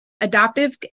adoptive